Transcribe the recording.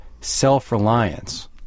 self-reliance